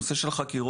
נושא של חקירות